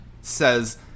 says